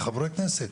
כחברי כנסת.